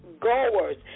goers